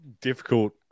difficult